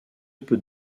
peut